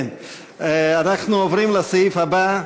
אנחנו עוברים לסעיף הבא,